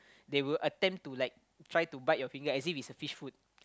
they will attempt to like try to bite your finger as if it's a fish food